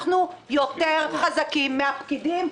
אנחנו יותר חזקים מהפקידים,